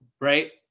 right